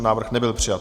Návrh nebyl přijat.